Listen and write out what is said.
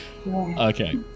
Okay